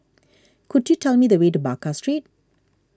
could you tell me the way to Baker Street